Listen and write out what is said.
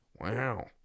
Wow